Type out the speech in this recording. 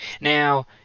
Now